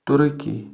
تُرکی